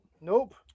Nope